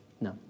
No